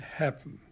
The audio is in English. happen